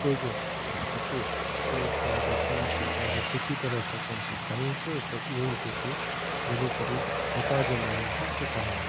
छोजो हिते तूं पंहिंजी टीम खे सुठी तरह सां कमु सेखाईं पियो त इहो ई तोखे वञी करे हुतां जे माण्हुनि खे सेखारिणो आहे